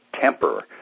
temper